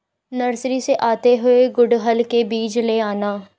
nursery से आते हुए गुड़हल के बीज ले आना